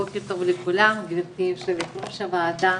בוקר טוב לכולם, ליושבת ראש הוועדה,